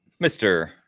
Mr